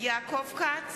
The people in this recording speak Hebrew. יעקב כץ,